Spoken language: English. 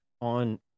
on